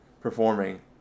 performing